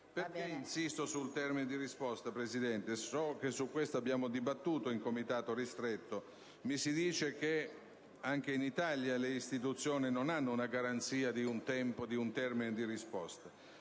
Perché insisto sul termine di risposta, Presidente? So che su questo abbiamo dibattuto in Comitato ristretto. Mi si dice che anche in Italia le istituzioni non hanno una garanzia di un termine di risposta.